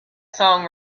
song